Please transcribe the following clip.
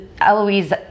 Eloise